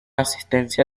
asistencia